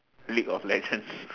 league-of-legends